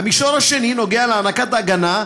המישור השני נוגע בהענקת הגנה,